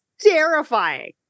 terrifying